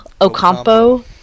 Ocampo